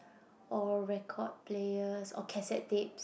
or record players or cassette tapes